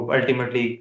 Ultimately